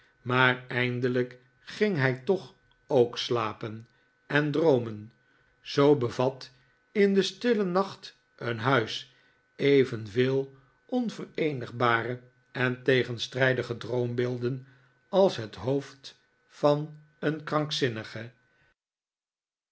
maar eindelijk ging hij toch ook slapen en droomen zoo bevat in den stillen nacht een huis evenveel onvereenigbare en tegenstrijdige droombeelden als het hoofd van een krankzinnige